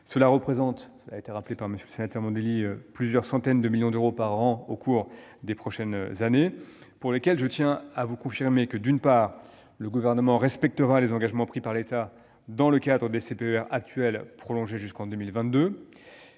au terme de leur durée de vie. Cela représente plusieurs centaines de millions d'euros par an au cours des prochaines années, pour lesquels je tiens à vous confirmer, d'une part, que le Gouvernement respectera les engagements pris par l'État dans le cadre des CPER actuels, prolongés jusqu'à la